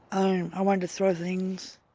um i wanted to throw things,